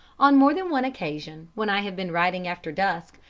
on more than one occasion, when i have been riding after dusk,